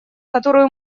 которую